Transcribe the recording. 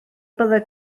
byddai